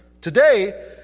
Today